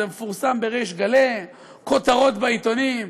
זה מפורסם בריש גלי: כותרות בעיתונים,